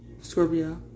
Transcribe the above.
Scorpio